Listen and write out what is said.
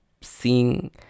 seeing